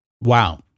wow